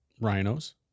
rhinos